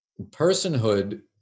Personhood